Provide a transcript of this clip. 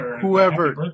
Whoever